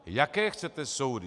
Jaké chcete soudy?